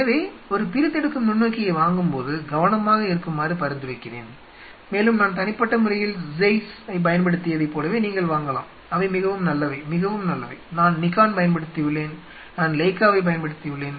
எனவே ஒரு பிரித்தெடுக்கும் நுண்ணோக்கியை வாங்கும் போது கவனமாக இருக்குமாறு பரிந்துரைக்கிறேன் மேலும் நான் தனிப்பட்ட முறையில் Zeiss ஐப் பயன்படுத்தியதைப் போலவே நீங்கள் வாங்கலாம் அவை மிகவும் நல்லவை மிகவும் நல்லவை நான் Nikon பயன்படுத்தியுள்ளேன் நான் leica வைப் பயன்படுத்தியுள்ளேன்